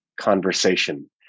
conversation